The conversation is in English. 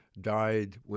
died